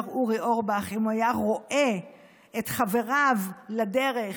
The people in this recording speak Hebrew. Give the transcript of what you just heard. אורי אורבך אם הוא היה רואה את חבריו לדרך,